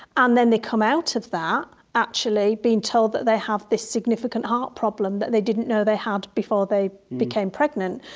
and then they come out of that actually being told that they have this significant heart problem that they didn't know they had before they became pregnant.